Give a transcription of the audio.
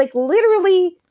like literally,